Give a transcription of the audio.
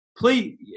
Please